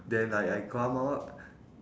then like I go up lor